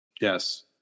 Yes